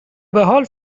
بحال